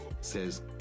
says